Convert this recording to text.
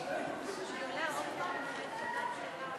אדוני היושב-ראש, חברי השרים, חברי הכנסת,